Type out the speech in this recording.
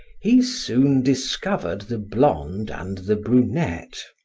he soon discovered the blonde and the brunette.